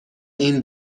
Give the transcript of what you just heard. این